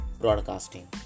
broadcasting